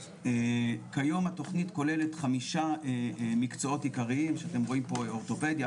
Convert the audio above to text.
כיום התכנית כוללת חמישה מקצועות עיקריים שאתם רואים פה: אורתופדיה,